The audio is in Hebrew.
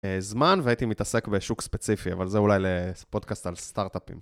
זמן והייתי מתעסק בשוק ספציפי, אבל זה אולי לפודקאסט על סטארט-אפים.